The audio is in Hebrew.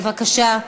בבקשה.